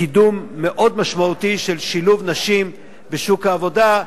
קידום מאוד משמעותי של שילוב נשים בשוק העבודה,